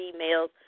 emails